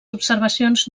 observacions